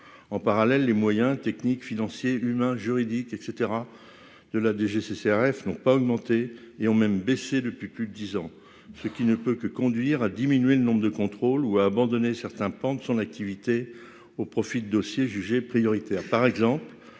en parallèle les moyens techniques, financiers et humains juridique et cetera de la DGCCRF n'ont pas augmenté et ont même baissé depuis plus de 10 ans, ce qui ne peut que conduire à diminuer le nombre de contrôles ou abandonner certains pans de son activité au profit de dossiers jugés prioritaires